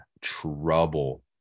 trouble